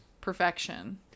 perfection